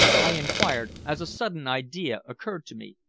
i inquired as a sudden idea occurred to me.